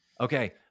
Okay